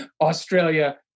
Australia